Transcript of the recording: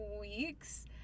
weeks